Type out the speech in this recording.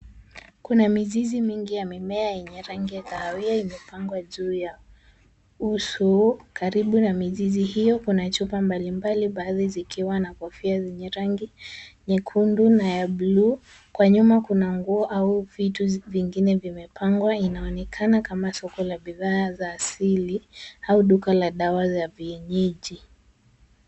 Kuna mizizi mingi ya mimea yenye rangi ya kahawia imepangwa juu ya uso. Karibu na mizizi hiyo kuna chupa mbalimbali, baadhi zikiwa na kofia zenye rangi nyekundu na ya bluu. Kwa nyumba kuna nguo au vitu vingine vimepangwa. Inaonekana kama soko la bidhaa za asili au duka la dawa za vienyeji.